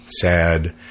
sad